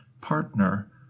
partner